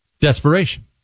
Desperation